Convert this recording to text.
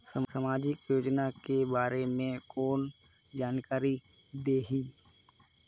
समाजिक योजना के बारे मे कोन जानकारी देही?